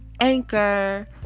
Anchor